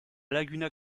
laguna